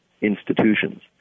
institutions